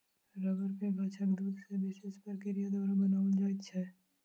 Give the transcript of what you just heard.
रबड़ के गाछक दूध सॅ विशेष प्रक्रिया द्वारा बनाओल जाइत छै